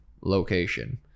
location